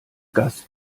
gast